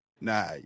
Nah